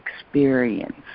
experience